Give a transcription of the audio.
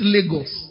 Lagos